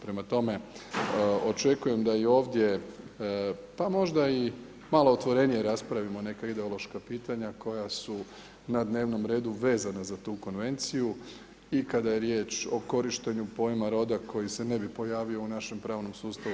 Prema tome, očekujem da i ovdje pa možda i malo otvorenije raspravimo neka ideološka pitanja koja su na dnevnom redu vezana za tu konvenciju i kada je riječ o korištenju pojma roda koji se ne bi pojavio u našem pravnom sustavu.